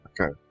Okay